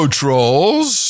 trolls